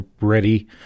ready